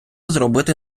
зробити